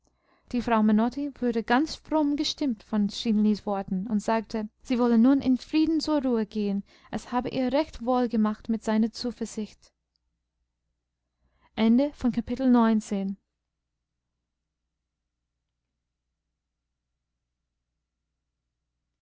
die frau menotti wurde ganz fromm gestimmt von stinelis worten und sagte sie wolle nun in frieden zur ruhe gehen es habe ihr recht wohl gemacht mit seiner zuversicht